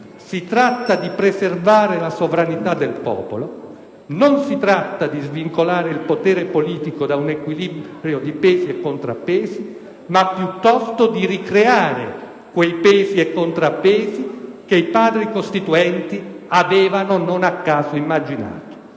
ma di preservare la sovranità del popolo. Non si tratta di svincolare il potere politico da un equilibrio di pesi e contrappesi, ma piuttosto di ricreare quei pesi e contrappesi che i Padri costituenti avevano non a caso immaginato.